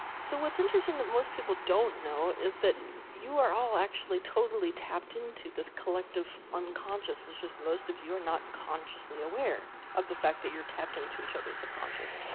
so, what's interesting, that most people don't know is that you are all actually totally tapped into this collective unconscious, it's just most of you are not consciously aware of the fact that you're tapped into each other's subconscious.